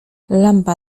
lampa